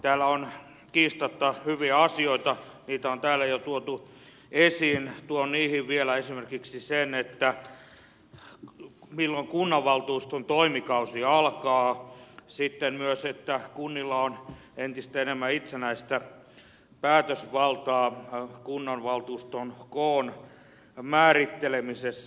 täällä on kiistatta hyviä asioita niitä on täällä jo tuotu esiin ja tuon niihin vielä esimerkiksi sen että milloin kunnanvaltuuston toimikausi alkaa ja sitten myös sen että kunnilla on entistä enemmän itsenäistä päätösvaltaa kunnanvaltuuston koon määrittelemisessä